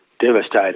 devastated